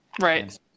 Right